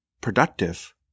productive